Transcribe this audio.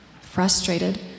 Frustrated